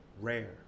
rare